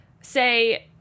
say